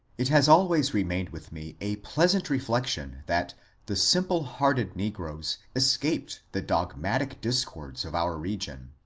it has always remained with me a pleasant reflection that the simple-hearted negroes escaped the dogmatic discords of our region.